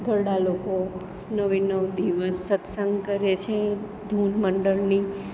ઘરડા લોકો નવે નવ દિવસ સત્સંગ કરે છે ધૂન મંડળની